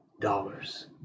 dollars